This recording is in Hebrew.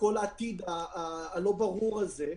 וכל העתיד הלא ברור הזה,